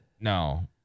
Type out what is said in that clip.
No